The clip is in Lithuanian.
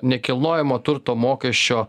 nekilnojamo turto mokesčio